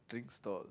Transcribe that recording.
drink stall